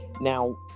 Now